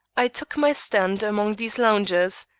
i took my stand among these loungers.